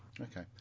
Okay